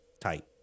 tight